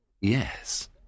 Yes